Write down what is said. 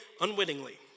unwittingly